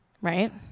right